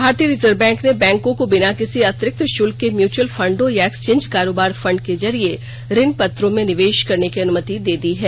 भारतीय reserve bank ने बैंकों को बिना किसी अतिरिक्त शुल्क के म्यूच्यूअल फंडों या एक्सचेंज कारोबार फंड के जरिये ऋण पत्रों में निवेश करने की अनुमति दे दी है